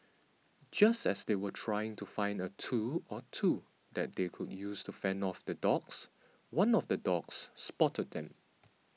just as they were trying to find a tool or two that they could use to fend off the dogs one of the dogs spotted them